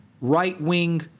right-wing